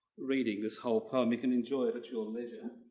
reading this whole poem. you can enjoy it at your leisure.